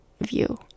view